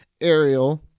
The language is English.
Ariel